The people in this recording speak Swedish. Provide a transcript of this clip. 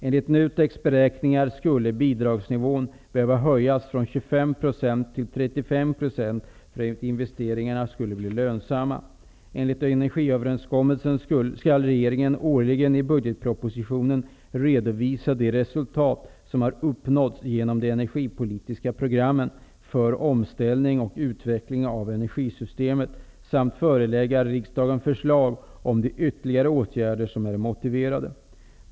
Enligt NUTEK:s beräkningar skulle bidragsnivån behöva höjas från 25 % till 35 % för att investeringarna skulle bli lönsamma. Enligt energiöverenskommelsen skall regeringen årligen i budgetpropositionen redovisa de resultat som har uppnåtts genom de energipolitiska programmen för omställning och utveckling av energisystemet samt förelägga riksdagen förslag om de ytterligare åtgärder som är motiverade.